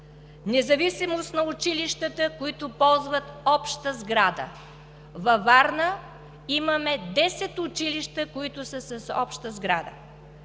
Независимост на училищата, които ползват обща сграда. Във Варна имаме 10 училища, които са с обща сграда.